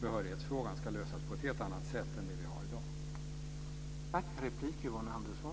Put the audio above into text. behörighetsfrågan lösas på ett helt annat sätt än det vi har i dag.